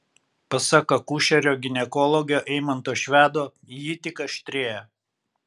pasak akušerio ginekologo eimanto švedo ji tik aštrėja